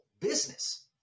business